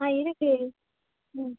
ஆ இருக்குது ம்